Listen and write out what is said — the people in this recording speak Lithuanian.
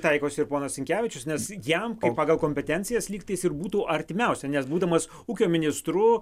taikosi ir ponas sinkevičius nes jam pagal kompetencijas lygtais ir būtų artimiausia nes būdamas ūkio ministru